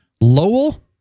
Lowell